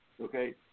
okay